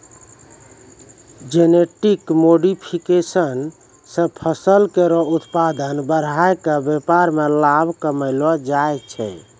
genetic modification सें फसल केरो उत्पादन बढ़ाय क व्यापार में लाभ कमैलो जाय छै